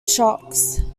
shocks